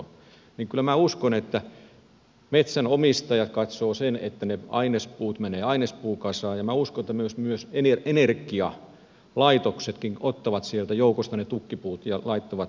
kyllä minä uskon että metsänomistaja katsoo sen että ne ainespuut menevät ainespuukasaan ja minä uskon että energialaitoksetkin ottavat sieltä joukosta ne tukkipuut ja laittavat ne sinne sahalle menemään